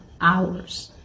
hours